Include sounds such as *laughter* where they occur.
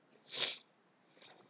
*noise*